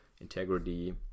integrity